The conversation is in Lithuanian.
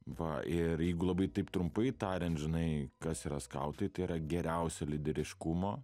va ir jeigu labai taip trumpai tariant žinai kas yra skautai tai yra geriausia lyderiškumo